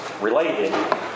related